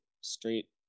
straight